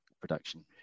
production